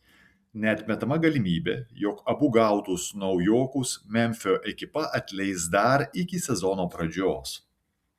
neatmetama galimybė jog abu gautus naujokus memfio ekipa atleis dar iki sezono pradžios